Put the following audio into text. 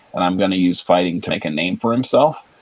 and i'm going to use fighting to make a name for himself.